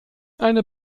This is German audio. eine